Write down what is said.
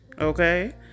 Okay